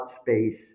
space